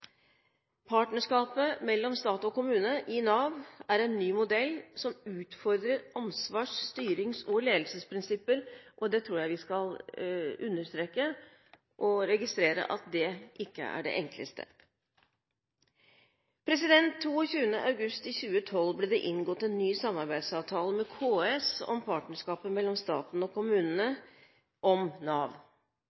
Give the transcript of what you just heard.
kommune i Nav er en ny modell som utfordrer ansvars-, styrings- og ledelsesprinsipper, og jeg tror vi skal understreke og registrere at det ikke er det enkleste. Den 22. august 2012 ble det inngått en ny samarbeidsavtale med KS om partnerskapet mellom staten og kommunene